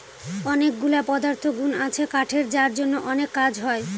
অনেকগুলা পদার্থগুন আছে কাঠের যার জন্য অনেক কাজ হয়